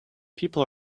people